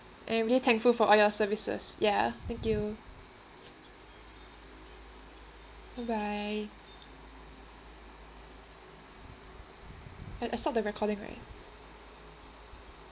and I'm really thankful for all your services ya thank you bye bye I I stop the recording right